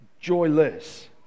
joyless